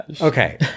Okay